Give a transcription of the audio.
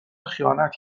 خیانت